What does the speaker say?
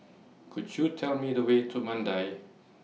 Could YOU Tell Me The Way to Mandai